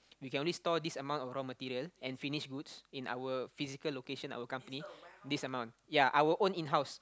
we can only store this amount of raw material and finished goods in our physical location our company this amount ya our own in house